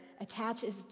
attaches